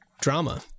drama